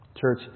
Church